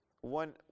One